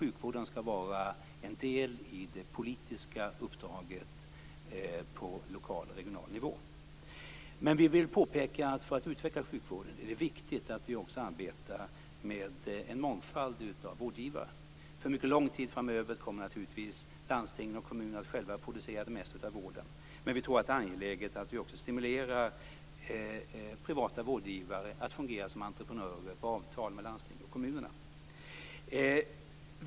Sjukvården skall vara en del i det politiska uppdraget på lokal och regional nivå. Men vi vill påpeka att det för att vi skall kunna utveckla sjukvården är viktigt att vi också arbetar med en mångfald av vårdgivare. För mycket lång tid framöver kommer naturligtvis landstingen och kommunerna att själva producera det mesta av vården, men vi tror att det är angeläget att vi också stimulerar privata vårdgivare att fungera som entreprenörer med avtal med landstingen och kommunerna.